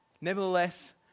Nevertheless